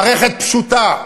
מערכת פשוטה.